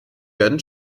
werden